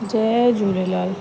Jay Jhulelal